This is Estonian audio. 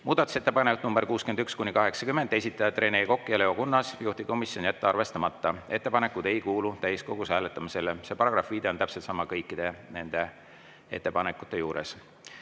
Muudatusettepanekud nr 61–80, esitajad Rene Kokk ja Leo Kunnas. Juhtivkomisjon: jätta arvestamata. Ettepanekud ei kuulu täiskogus hääletamisele. See paragrahviviide on täpselt sama kõikide nende ettepanekute juures.